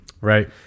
Right